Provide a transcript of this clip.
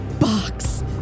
box